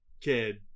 kid